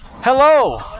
Hello